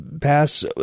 pass